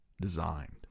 designed